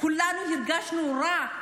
כולנו הרגשנו רע,